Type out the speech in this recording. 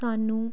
ਸਾਨੂੰ